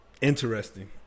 Interesting